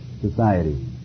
society